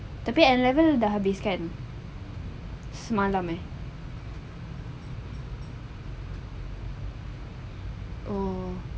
tapi N level dah habis kan semalam eh oh